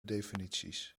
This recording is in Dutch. definities